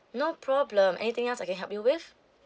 no problem anything else I can help you with